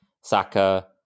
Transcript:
Saka